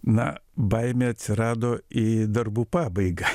na baimė atsirado į darbų pabaigą